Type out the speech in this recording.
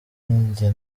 njye